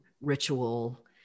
ritual